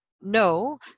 no